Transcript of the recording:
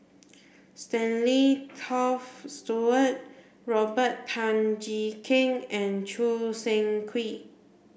Stanley Toft Stewart Robert Tan Jee Keng and Choo Seng Quee